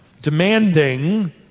demanding